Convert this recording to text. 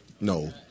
No